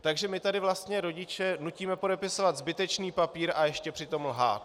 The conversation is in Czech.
Takže my tady vlastně rodiče nutíme podepisovat zbytečný papír a ještě přitom lhát.